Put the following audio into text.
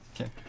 Okay